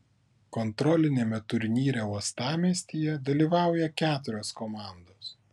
kontroliniame turnyre uostamiestyje dalyvauja keturios komandos